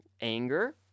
anger